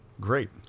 Great